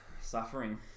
suffering